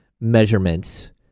measurements